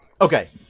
Okay